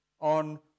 on